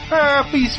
Happy